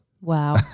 Wow